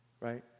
right